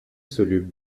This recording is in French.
soluble